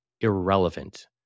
irrelevant